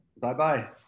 Bye-bye